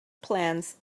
plans